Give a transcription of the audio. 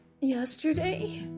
yesterday